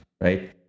right